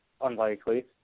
unlikely